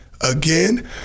Again